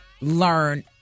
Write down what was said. learn